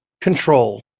control